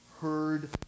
heard